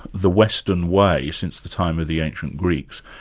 the western way, since the time of the ancient greeks,